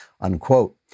unquote